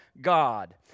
God